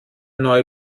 neue